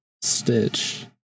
Stitch